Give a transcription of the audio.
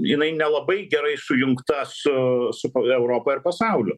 jinai nelabai gerai sujungta su su europa ir pasauliu